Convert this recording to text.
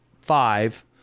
five